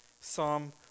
Psalm